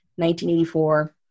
1984